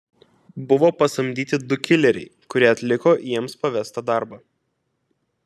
buvo pasamdyti du kileriai kurie atliko jiems pavestą darbą